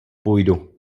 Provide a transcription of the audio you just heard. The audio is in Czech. půjdu